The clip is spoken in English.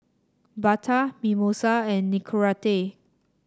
Bata Mimosa and Nicorette